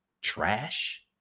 trash